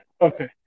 Okay